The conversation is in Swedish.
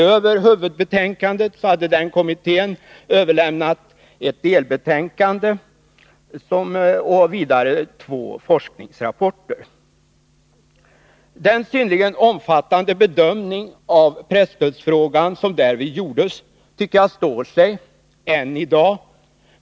Utöver huvudbetänkandet hade kommittén överlämnat ett delbetänkande och vidare två forskningsrapporter. Den synnerligen omfattande bedömning av presstödsfrågan som därvid gjordes tycker jag står sig än i dag.